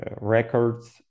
records